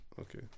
Okay